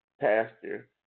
pastor